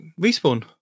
Respawn